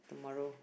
tomorrow